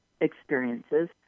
experiences